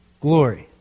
glory